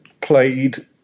played